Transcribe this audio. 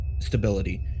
stability